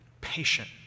patient